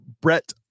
Brett